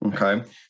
okay